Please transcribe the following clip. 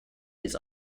its